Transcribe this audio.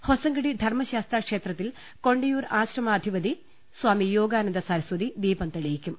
ഹൊസങ്കടി ധർമ്മശാസ്താക്ഷേത്രത്തിൽ കൊണ്ടെയൂർ ആശ്രമാ ധിപതി സ്വാമി യോഗാനന്ദസരസ്വതി ദീപം തെളിയിക്കും